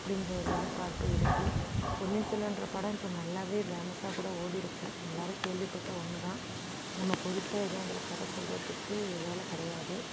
அப்படின்ற ஒரு எதிர்பார்ப்பு இருக்கு பொன்னியின் செல்வன்ற படம் இப்போ நல்லாவே பேமஸாக கூட ஓடிருக்கும் எல்லாரும் கேள்விப்பட்ட ஒன்னு தான் நம்ம புதுசாக எதுவும் அதில் கதை சொல்லுறதுக்கு வேலை கிடையாது